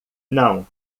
não